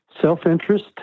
Self-interest